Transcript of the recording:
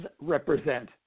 represent